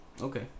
Okay